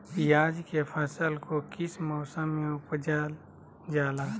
प्याज के फसल को किस मौसम में उपजल जाला?